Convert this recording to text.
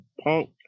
punk